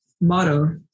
motto